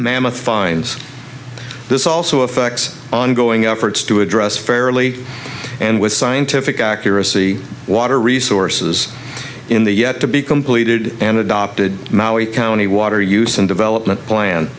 mammoth fines this also affects ongoing efforts to address fairly and with scientific accuracy water resources in the yet to be completed and adopted maui county water use and development plan